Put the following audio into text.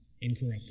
incorruptible